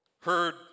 heard